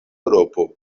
eŭropo